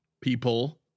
people